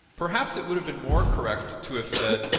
perhaps it would have been more correct to have said,